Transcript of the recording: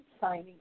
signing